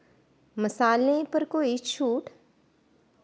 मसालें पर कोई छूट